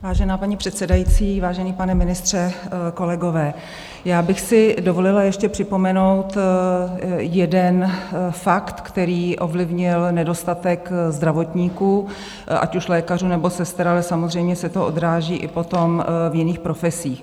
Vážená paní předsedající, vážený pane ministře, kolegové, já bych si dovolila ještě připomenout jeden fakt, který ovlivnil nedostatek zdravotníků, ať už lékařů, nebo sester, ale samozřejmě se to odráží i potom v jiných profesích.